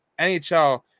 NHL